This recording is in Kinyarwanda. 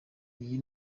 iyi